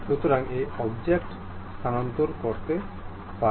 সুতরাং এই অবজেক্টটি স্থানান্তর করতে পারেন